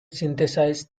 synthesized